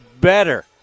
better